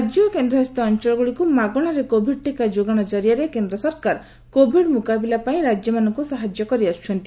ରାଜ୍ୟ ଓ କେଦ୍ରଶାସିତ ଅଞଳଗୁଡ଼ିକୁ ମାଗଶାରେ କୋଭିଡ୍ ଟିକା ଯୋଗାଣ ଜରିଆରେ କେନ୍ ସରକାର କୋଭିଡ୍ ମୁକାବିଲା ପାଇଁ ରାକ୍ୟମାନଙ୍କ ସାହାଯ୍ୟ କରିଆସ୍ବଛନ୍ତି